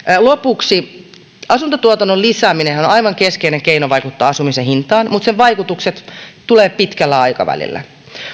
lopuksi asuntotuotannon lisääminenhän on aivan keskeinen keino vaikuttaa asumisen hintaan mutta sen vaikutukset tulevat pitkällä aikavälillä